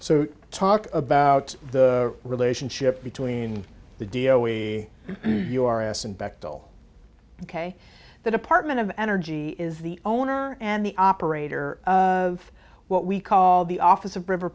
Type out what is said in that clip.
so talk about the relationship between the d o a your ass and bechtol ok the department of energy is the owner and the operator of what we call the office of river